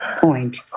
point